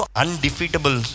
undefeatable